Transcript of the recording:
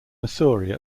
missouri